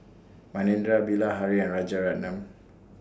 Manindra Bilahari and Rajaratnam